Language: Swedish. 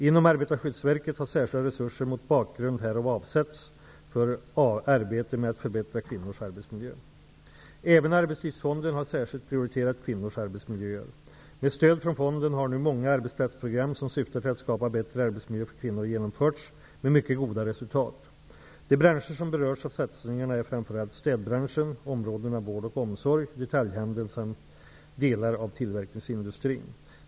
Inom Arbetarskyddsverket har särskilda resurser mot bakgrund härav avsatts för arbete med att förbättra kvinnors arbetsmiljö. Även Arbetslivsfonden har särskilt prioriterat kvinnors arbetsmiljöer. Med stöd från fonden har nu många arbetsplatsprogram som syftar till att skapa bättre arbetsmiljö för kvinnor genomförts med mycket goda resultat. De branscher som berörs av satsningarna är framför allt städbranschen, områdena vård och omsorg, detaljhandeln samt delar av tillverkningsindustrin.